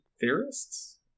Theorists